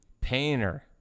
Painter